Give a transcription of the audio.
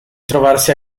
trovarsi